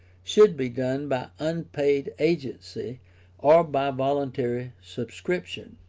should be done by unpaid agency or by voluntary subscription.